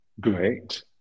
great